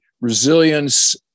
resilience